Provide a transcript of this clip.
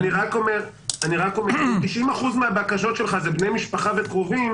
אני אומר שאם 90% מהבקשות שלך זה בני משפחה וקרובים,